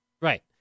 Right